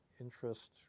interest